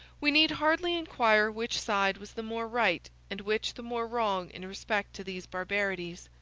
we need hardly inquire which side was the more right and which the more wrong in respect to these barbarities.